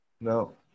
No